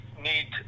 need